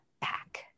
back